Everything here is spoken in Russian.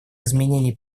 изменений